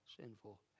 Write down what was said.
sinful